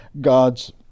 God's